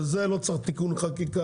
וזה לא צריך תיקון חקיקה.